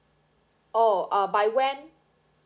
oh uh by when